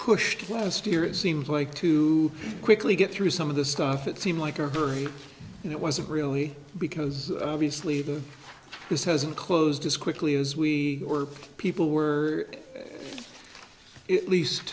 pushed last year it seems like to quickly get through some of the stuff it seemed like a hurry and it wasn't really because obviously the this hasn't closed as quickly as we were people were it least